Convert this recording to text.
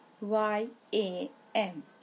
Y-A-M